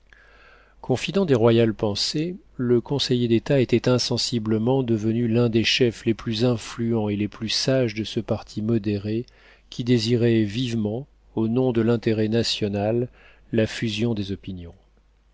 confident des royales pensées le conseiller d'état était insensiblement devenu l'un des chefs les plus influents et les plus sages de ce parti modéré qui désirait vivement au nom de l'intérêt national la fusion des opinions